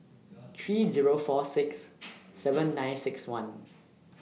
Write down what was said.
three Zero four six seven nine six one